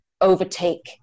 overtake